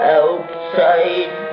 outside